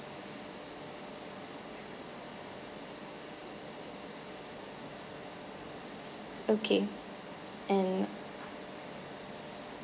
okay and